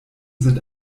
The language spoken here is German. sind